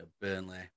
Burnley